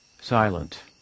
silent